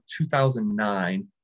2009